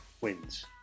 wins